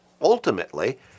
ultimately